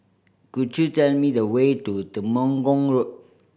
could you tell me the way to Temenggong Road